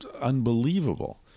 unbelievable